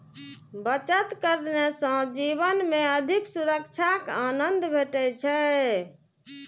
बचत करने सं जीवन मे अधिक सुरक्षाक आनंद भेटै छै